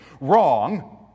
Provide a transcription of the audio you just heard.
wrong